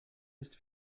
ist